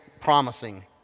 promising